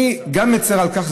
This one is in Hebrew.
אני גם מצר על כך,